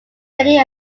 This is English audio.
many